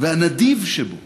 הנדיב שבו